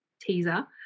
teaser